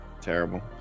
Terrible